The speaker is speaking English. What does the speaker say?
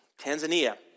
Tanzania